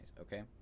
okay